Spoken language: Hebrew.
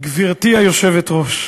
גברתי היושבת-ראש.